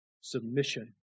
submission